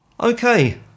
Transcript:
Okay